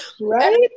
right